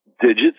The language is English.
digits